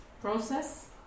process